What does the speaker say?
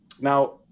Now